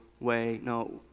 No